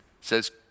says